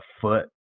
foot